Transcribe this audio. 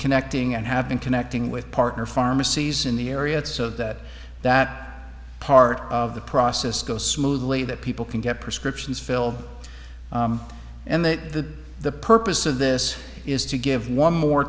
connecting and have been connecting with partner pharmacies in the area so that that part of the process goes smoothly that people can get prescriptions filled and that the purpose of this is to give one more